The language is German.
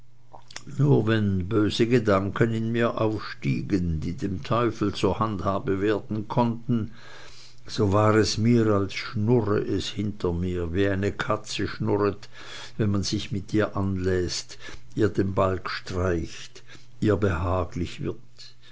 nur wenn böse gedanken in mir aufstiegen die dem teufel zur handhabe werden konnten so war es mir als schnurre es hinter mir wie eine katze schnurret wenn man sich mit ihr anläßt ihr den balg streicht ihr behaglich wird